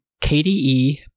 KDE